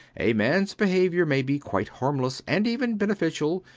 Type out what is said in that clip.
a man's behavior may be quite harmless and even beneficial,